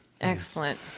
Excellent